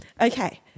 Okay